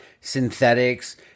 synthetics